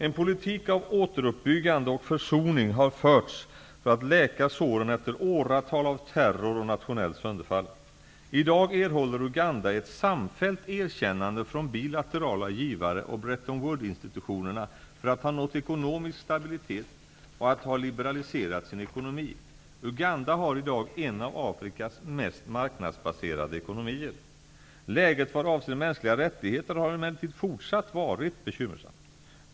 En politik av återuppbyggande och försoning har förts för att läka såren efter åratal av terror och nationellt sönderfall. I dag erhåller Uganda ett samfällt erkännande från bilaterala givare och Bretton-Wood-institutionerna för att ha nått ekonomisk stabilitet och för att ha liberaliserat sin ekonomi. Uganda har i dag en av Afrikas mest marknadsbaserade ekonomier. Läget vad avser mänskliga rättigheter har emellertid fortsatt varit bekymmersamt.